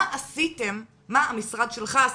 מה המשרד שלך עשה?